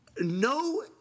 No